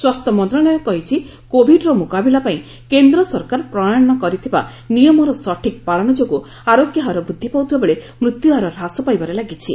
ସ୍ୱାସ୍ଥ୍ୟ ମନ୍ତ୍ରଣାଳୟ କହିଛି କୋବିଡର ମୁକାବିଲା ପାଇଁ କେନ୍ଦ୍ର ସରକାର ପ୍ରଣୟନ କରିଥିବା ନିୟମର ସଠିକ୍ ପାଳନ ଯୋଗୁଁ ଆରୋଗ୍ୟ ହାର ବୃଦ୍ଧି ପାଉଥିବା ବେଳେ ମୃତ୍ୟୁହାର ହ୍ରାସ ପାଇବାରେ ଲାଗିଛି